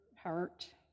hurt